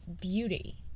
beauty